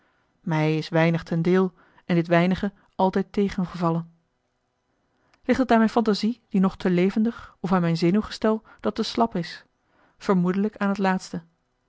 mij is weinig ten deel en dit weinige altijd tegengevallen ligt het aan mijn fantasie die nog te levendig of aan mijn zenuwgestel dat te slap is vermoedelijk aan het laatste